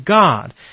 God